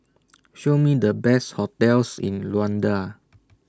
Show Me The Best hotels in Luanda